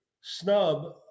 snub